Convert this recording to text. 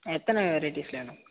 எத்தனை வெரைட்டிஸ் வேணும்